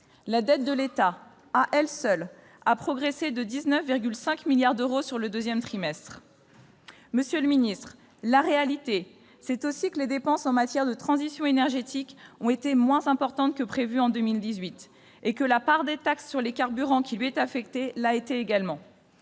La dette de l'État, à elle seule, a progressé de 19,5 milliards d'euros sur le deuxième trimestre. Monsieur le secrétaire d'État, la réalité, c'est aussi que les dépenses en matière de transition énergétique ont été moins importantes que prévu en 2018, à l'instar de la part des taxes sur les carburants qui lui est affectée. La réalité,